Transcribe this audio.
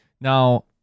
Now